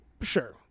Sure